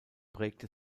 prägte